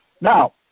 Now